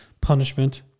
punishment